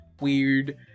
weird